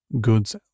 goods